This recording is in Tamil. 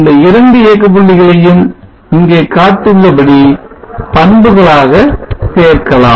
இந்த இரண்டு இயக்க புள்ளிகளையும் இங்கே காட்டப்பட்டுள்ள படி பண்புகளாக சேர்க்கலாம்